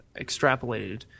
extrapolated